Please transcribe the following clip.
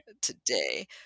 today